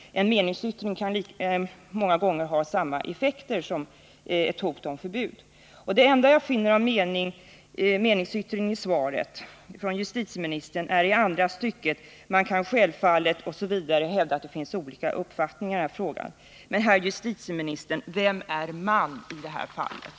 En meningsyttring kan många gånger ha samma effekt som ett förbud. Det enda jag finner av meningsyttring i svaret från justitieministern är följande: ”Man kan självfallet ha olika meningar om det lämpliga i att en sådan förening är ekonomisk intressent i ett företag som driver en spellokal.” Men, herr justitieminister, vem är ”man” i det här fallet?